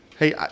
Hey